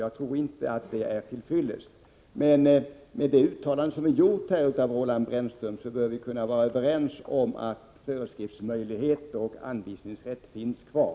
Jag tror inte att detta är till fyllest, men efter det uttalande Roland Brännström nu har gjort bör vi kunna vara överens om att föreskriftsmöjligheter och anvisningsrätt finns kvar.